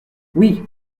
oui